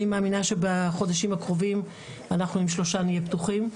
אני מאמינה שבחודשים הקרובים אנחנו עם שלושה נהיה פתוחים.